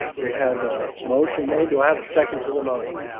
we have a motion made. do i have a second to the motion?